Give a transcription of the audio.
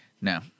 No